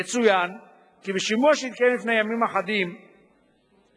יצוין כי בשימוע שהתקיים לפני ימים אחדים ב-Moneyval,